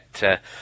get